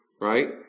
Right